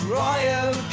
royal